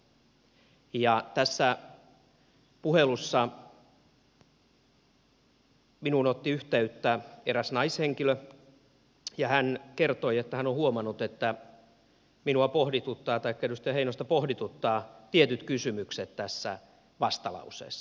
tässä puhelussa minuun otti yhteyttä eräs naishenkilö ja hän kertoi että hän on huomannut että edustaja heinosta pohdituttavat tietyt kysymykset tässä vastalauseessa